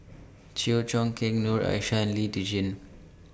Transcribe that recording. Chew Choo Keng Noor Aishah Lee Tjin